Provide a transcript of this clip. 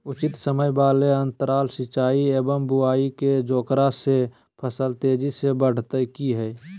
उचित समय वाले अंतराल सिंचाई एवं बुआई के जेकरा से फसल तेजी से बढ़तै कि हेय?